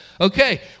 Okay